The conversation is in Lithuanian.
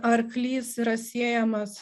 arklys yra siejamas